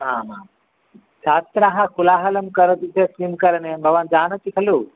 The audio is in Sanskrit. आमां छात्राः कोलाहलं करोति चेत् किं करणीयं भवान् जानाति खलु